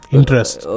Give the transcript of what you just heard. Interest